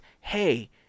Hey